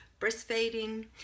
breastfeeding